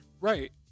Right